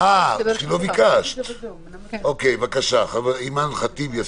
לא ביקשת, בבקשה, אימאן ח'טיב יאסין.